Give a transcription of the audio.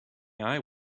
eye